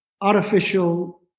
artificial